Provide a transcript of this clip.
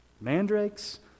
mandrakes